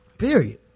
period